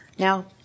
Now